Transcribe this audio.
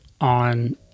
on